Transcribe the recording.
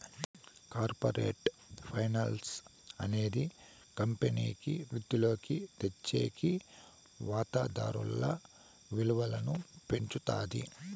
corporate finance అనేది కంపెనీకి వృద్ధిలోకి తెచ్చేకి వాతాదారుల విలువను పెంచుతాది